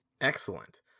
Excellent